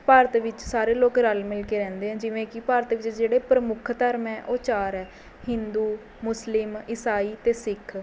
ਭਾਰਤ ਵਿੱਚ ਸਾਰੇ ਲੋਕ ਰਲ਼ ਮਿਲਕੇ ਰਹਿੰਦੇ ਹੈ ਜਿਵੇਂ ਕਿ ਭਾਰਤ ਵਿੱਚ ਜਿਹੜੇ ਪ੍ਰਮੁੱਖ ਧਰਮ ਹੈ ਉਹ ਚਾਰ ਹੈ ਹਿੰਦੂ ਮੁਸਲਿਮ ਈਸਾਈ ਅਤੇ ਸਿੱਖ